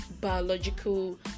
biological